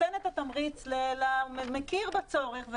הוא מכיר בצורך,